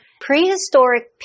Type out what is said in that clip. Prehistoric